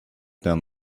done